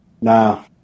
Nah